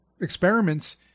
experiments